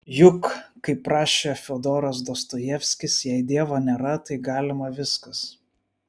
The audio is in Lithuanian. juk kaip rašė fiodoras dostojevskis jei dievo nėra tai galima viskas